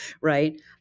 right